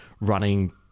running